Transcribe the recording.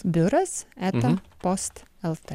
biuras eta post lt